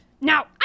Now